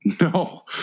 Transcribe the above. No